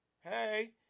Hey